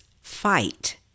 fight